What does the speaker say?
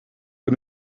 que